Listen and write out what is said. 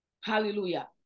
hallelujah